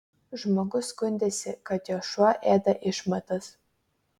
žmogus skundėsi kad jo šuo ėda išmatas